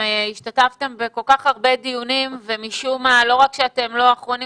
השתתפתם בכל כך הרבה דיונים ומשום מה לא רק שאתם לא האחרונים